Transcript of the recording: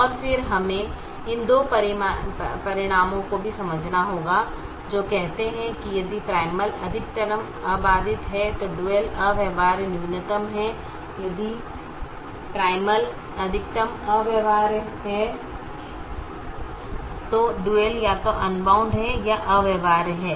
और फिर हमें इन दो परिणामों को भी समझना होगा जो कहते हैं कि यदि प्राइमल अधिकतमकरण अबाधित है तो ड्युअल अव्यवहार्य न्यूनतम है यदि प्राइमल अधिकतम अव्यवहार्य है तो ड्यूल या तो अनबाउंड है या यह अव्यवहार्य है